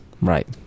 right